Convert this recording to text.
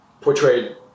portrayed